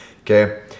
okay